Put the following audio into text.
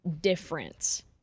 difference